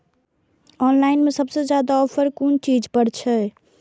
Online में सबसे ज्यादा ऑफर कोन चीज पर छे?